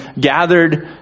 gathered